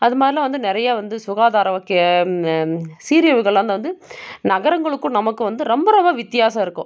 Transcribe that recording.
அது மாதிரிலாம் வந்து நிறையா வந்து சுகாதாரம் ஓகே சீரிழிவுகளெலாம் தான் வந்து நகரங்களுக்கும் நமக்கும் வந்து ரொம்ப ரொம்ப வித்தியாசம் இருக்கும்